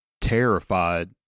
terrified